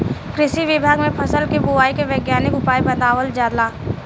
कृषि विज्ञान में फसल के बोआई के वैज्ञानिक उपाय बतावल जाला